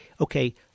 okay